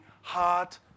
heart